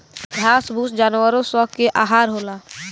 घास फूस जानवरो स के आहार होला